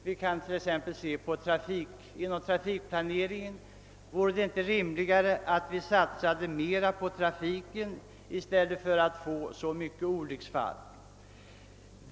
Vi kan t.ex. se på trafikplaneringen; vore det inte rimligt att det satsades mer på trafikanordningar för att inte få så många trafikolycksfall?